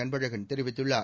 அன்பழகன் தெரிவித்துள்ளார்